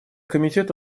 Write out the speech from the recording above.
комитет